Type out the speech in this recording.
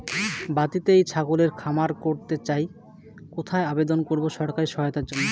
বাতিতেই ছাগলের খামার করতে চাই কোথায় আবেদন করব সরকারি সহায়তার জন্য?